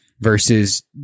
Versus